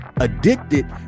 addicted